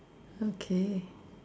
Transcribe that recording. okay